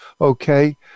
Okay